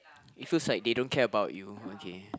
it feels like they don't care about you okay